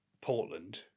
Portland